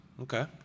Okay